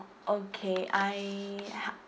okay I h~